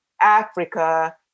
Africa